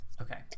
okay